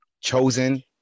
chosen